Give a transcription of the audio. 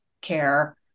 care